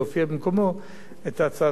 את הצעתו של חבר הכנסת הרצוג,